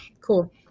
cool